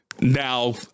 now